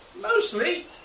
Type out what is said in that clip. mostly